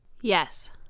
Yes